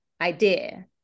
idea